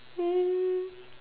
um